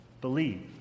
believe